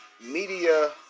media